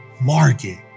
market